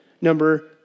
number